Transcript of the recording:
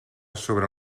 sobre